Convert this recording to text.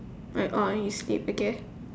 like oh you sleep okay